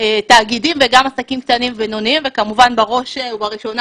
תאגידים וגם עסקים קטנים ובינוניים וכמובן בראש ובראשונה